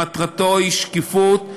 מטרתו היא שקיפות,